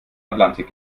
atlantik